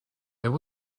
there